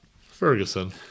Ferguson